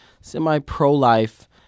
semi-pro-life